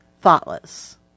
thoughtless